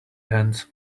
hands